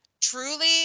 truly